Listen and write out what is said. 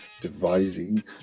Devising